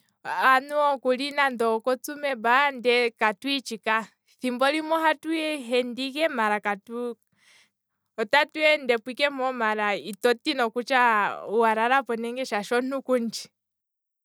Anuwa okuli nande oko tsumeb maala katwiitshi ka, thimbo limwe ohatu ihende ike maala katwiitshi, otatu endepo ike mpoo maala katutya wa lalapo, nenge shaashi omuntu kum'tshi.